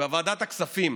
שבוועדת הכספים